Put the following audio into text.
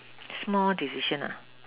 small decision